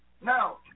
Now